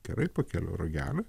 gerai pakeliu ragelį